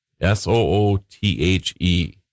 S-O-O-T-H-E